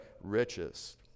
richest